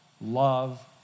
love